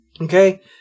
Okay